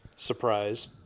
Surprise